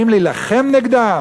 באים להילחם נגדם?